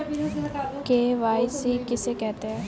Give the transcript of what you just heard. KYC किसे कहते हैं?